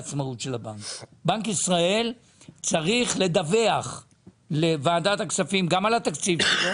בנק ישראל צריך לדווח לוועדת הכספים על התקציב שלו.